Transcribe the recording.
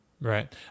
Right